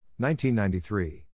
1993